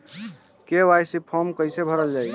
KYC form कइसे भरल जाइ?